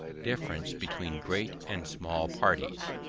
difference between great and small parties